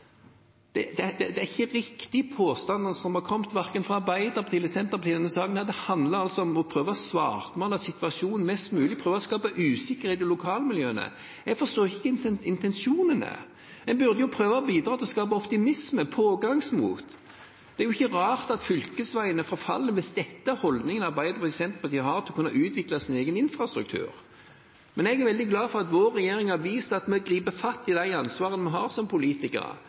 ikke på bar bakke. Det er ikke riktige påstander som har kommet, verken fra Arbeiderpartiet eller fra Senterpartiet, i denne saken. Det handler om å prøve å svartmale situasjonen mest mulig og å prøve å skape usikkerhet i lokalmiljøene. Jeg forstår ikke intensjonene. En burde prøve å bidra til å skape optimisme og pågangsmot. Det er jo ikke rart at fylkesveiene forfaller hvis dette er holdningen Arbeiderpartiet og Senterpartiet har til å kunne utvikle sin egen infrastruktur. Men jeg er veldig glad for at vår regjering har vist at vi griper fatt i det ansvaret vi har som politikere.